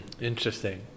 Interesting